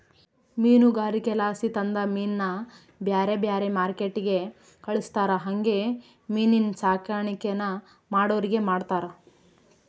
ಮೀನುಗಾರಿಕೆಲಾಸಿ ತಂದ ಮೀನ್ನ ಬ್ಯಾರೆ ಬ್ಯಾರೆ ಮಾರ್ಕೆಟ್ಟಿಗೆ ಕಳಿಸ್ತಾರ ಹಂಗೆ ಮೀನಿನ್ ಸಾಕಾಣಿಕೇನ ಮಾಡೋರಿಗೆ ಮಾರ್ತಾರ